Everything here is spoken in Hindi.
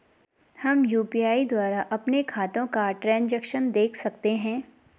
हम यु.पी.आई द्वारा अपने खातों का ट्रैन्ज़ैक्शन देख सकते हैं?